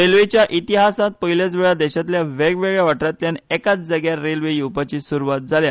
रेल्वेच्या इतिहासांत पयल्याच वेळा देशांतल्या वेगवेगळ्या वाठारांतल्यान एकाच जाग्यार रेल्वे येवपाची सुरवात जाल्या